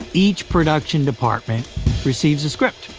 each production department receives a script,